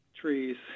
trees